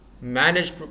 manage